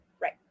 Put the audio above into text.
Right